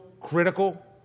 critical